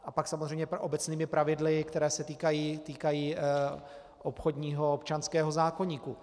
A pak samozřejmě obecnými pravidly, která se týkají obchodního a občanského zákoníku.